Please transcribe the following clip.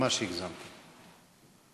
ממש הגזמתם.